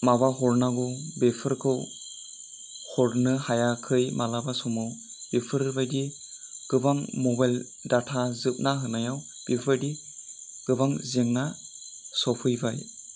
माबा हरनांगौ बेफोरखौ हरनो हायाखै मालाबा समाव बेफोरबादि गोबां मबाइल दाता जोबना होनायाव बेफोरबादि गोबां जेंना सफैबाय